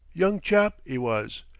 young chap, e was,